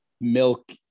milk